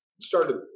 started